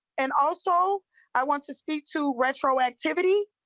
and also i want to speak to retro activity.